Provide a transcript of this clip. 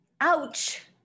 Ouch